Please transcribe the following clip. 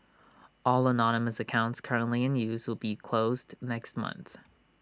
all anonymous accounts currently in use will be closed next month